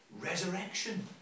Resurrection